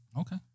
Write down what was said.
Okay